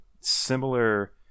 similar